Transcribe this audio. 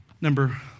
Number